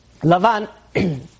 Lavan